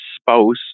spouse